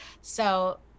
So-